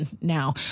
now